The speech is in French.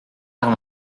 germain